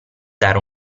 dare